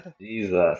Jesus